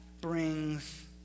brings